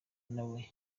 nawe